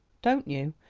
don't you?